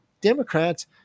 Democrats